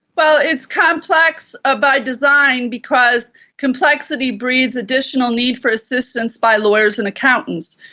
well, it's complex ah by design because complexity breeds additional need for assistance by lawyers and accountants.